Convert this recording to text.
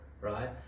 right